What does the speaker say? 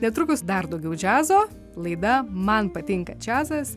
netrukus dar daugiau džiazo laida man patinka džiazas